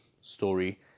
story